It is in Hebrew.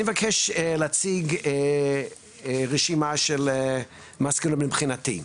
אני מבקש להגיש רשימה של מסקנות מבחינתי.